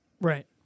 Right